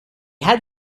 had